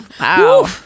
wow